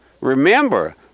Remember